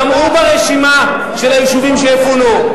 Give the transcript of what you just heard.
גם הוא ברשימה של היישובים שיפונו.